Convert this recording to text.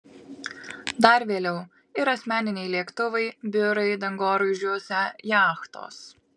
dar vėliau ir asmeniniai lėktuvai biurai dangoraižiuose jachtos